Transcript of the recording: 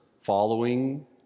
following